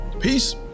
Peace